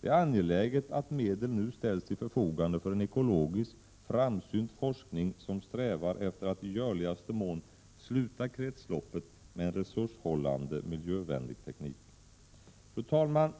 Det är angeläget att medel nu ställs till förfogan de för en ekologisk, framsynt forskning som strävar efter att i görligaste mån sluta kretsloppet med en resurshushållande miljövänlig teknik. Fru talman!